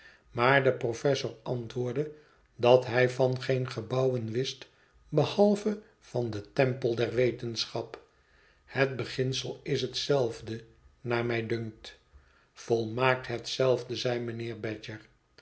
maar de professor antwoordde dat hij van geen gebouwen wist behalve van den tempel der wetenschap het beginsel is hetzelfde naar mij dunkt volmaakt hetzelfde zeide mijnheer badger